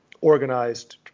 organized